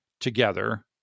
together